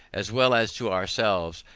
as well as to ourselves,